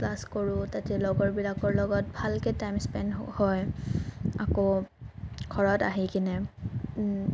class কৰোঁ তেতিয়া লগৰবিলাকৰ লগত ভালকৈ টাইম স্পেন হয় আকৌ ঘৰত আহি কিনে